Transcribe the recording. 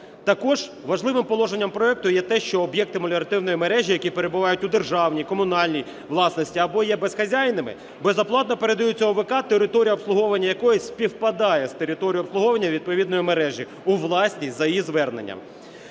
Також важливим положенням проекту є те, що об'єкти меліоративної мережі, які перебувають у державній, комунальній власності або є безхазяйними, безоплатно передаються ОВК, територія обслуговування якої співпадає з територією обслуговування відповідної мережі у власність за її зверненням.